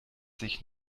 sich